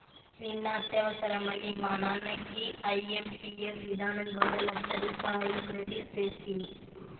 నిన్న అత్యవసరమని మా నాన్నకి ఐఎంపియస్ విధానం ద్వారా లచ్చరూపాయలు క్రెడిట్ సేస్తిని